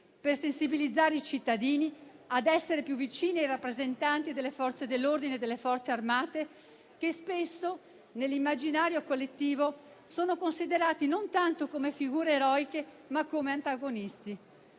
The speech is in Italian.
per sensibilizzare i cittadini ad essere più vicini ai rappresentanti delle Forze dell'ordine e delle Forze armate, che spesso, nell'immaginario collettivo, sono considerate non tanto come figure eroiche ma come antagonisti.